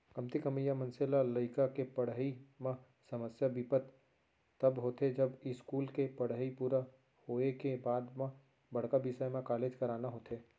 कमती कमइया मनसे ल लइका के पड़हई म समस्या बिपत तब होथे जब इस्कूल के पड़हई पूरा होए के बाद म बड़का बिसय म कॉलेज कराना होथे